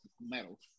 metal